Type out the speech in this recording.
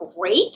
great